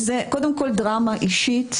קודם כול, זאת דרמה אישית,